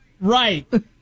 Right